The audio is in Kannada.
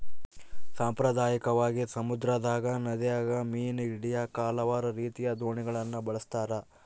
ಸಾಂಪ್ರದಾಯಿಕವಾಗಿ, ಸಮುದ್ರದಗ, ನದಿಗ ಮೀನು ಹಿಡಿಯಾಕ ಹಲವಾರು ರೀತಿಯ ದೋಣಿಗಳನ್ನ ಬಳಸ್ತಾರ